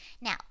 Now